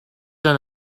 than